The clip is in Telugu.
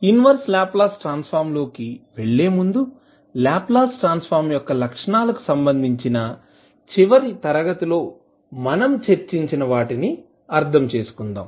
ఇన్వర్స్ లాప్లాస్ ట్రాన్స్ ఫార్మ్ లోకి వెళ్ళే ముందు లాప్లాస్ ట్రాన్స్ ఫార్మ్ యొక్క లక్షణాలకు సంబంధించిన చివరి తరగతిలో మనం చర్చించిన వాటిని అర్థం చేసుకుందాం